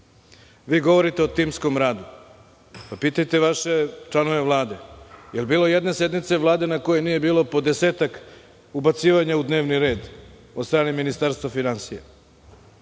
Vi govorite o timskom radu. Pitajte vaše članove Vlade da li je bilo jedne sednice Vlade na kojoj nije bilo po desetak ubacivanja u dnevni red od strane Ministarstva finansija.